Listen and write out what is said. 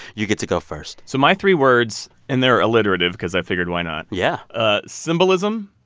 you get to go first so my three words and they're alliterative because i figured, why not? yeah ah symbolism,